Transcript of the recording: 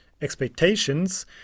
expectations